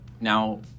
now